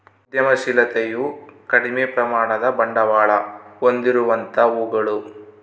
ಉದ್ಯಮಶಿಲತೆಯು ಕಡಿಮೆ ಪ್ರಮಾಣದ ಬಂಡವಾಳ ಹೊಂದಿರುವಂತವುಗಳು